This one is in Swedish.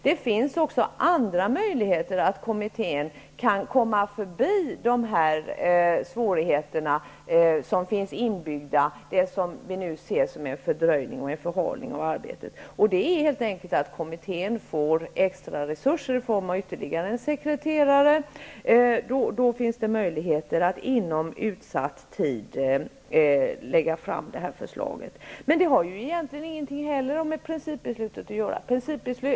Det finns också andra möjligheter för kommittén att komma förbi de svårigheter som finns inbyggda och som vi nu ser som en fördröjning och en förhalning av arbetet. Det gäller helt enkelt att kommittén får extra resurser i form av ytterligare en sekreterare. Då finns det möjligheter att inom utsatt tid lägga fram detta förslag. Men det har egentligen ingenting med principbeslutet att göra heller.